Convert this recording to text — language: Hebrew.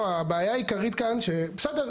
בן אדם,